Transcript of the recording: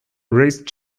raised